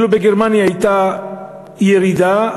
בגרמניה כביכול הייתה ירידה,